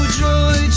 joy